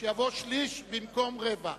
במקום "רבע".